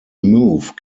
move